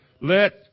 Let